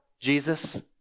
Jesus